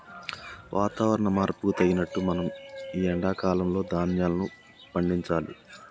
వాతవరణ మార్పుకు తగినట్లు మనం ఈ ఎండా కాలం లో ధ్యాన్యాలు పండించాలి